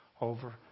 over